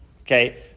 Okay